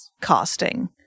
casting